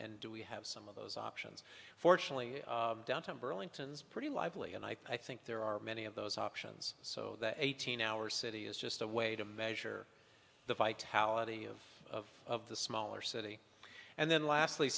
do we have some of those options fortunately downtown burlington's pretty lively and i think there are many of those options so that eighteen hour city is just a way to measure the vitality of the smaller city and then last